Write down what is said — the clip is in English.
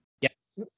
Yes